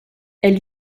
elle